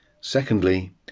Secondly